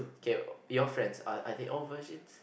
K your friends are are they all virgins